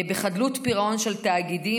בחדלות פירעון של תאגידים,